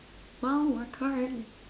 well work hard